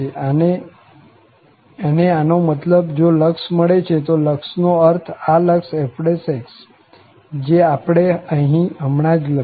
અને આનો મતલબ જો લક્ષ મળે છે તો લક્ષનો અર્થ આ લક્ષ f જે આપણે અહીં હમણાં જ લખ્યું